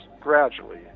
Gradually